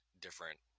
different